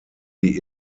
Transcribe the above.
die